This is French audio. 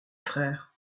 frère